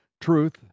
truth